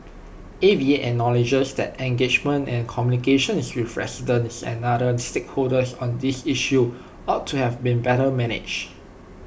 A V A acknowledges that engagement and communications with residents and other stakeholders on this issue ought to have been better managed